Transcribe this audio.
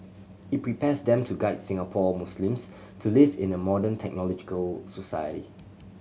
it prepares them to guide Singapore Muslims to live in a modern technological society